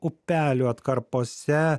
upelių atkarpose